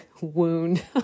wound